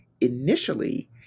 initially